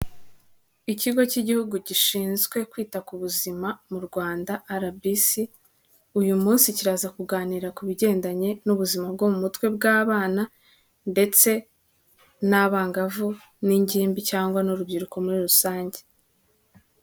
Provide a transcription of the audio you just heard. Ikigo cy'igihugu gishinzwe kwita ku buzima mu Rwanda rbc ,uyu munsi kiraza kuganira ku bigendanye n'ubuzima bwo mu mutwe bw'abana ndetse n'abangavu n'ingimbi cyangwa n'urubyiruko muri rusange.